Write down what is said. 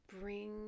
bring